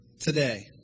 today